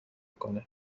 کنه